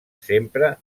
sempre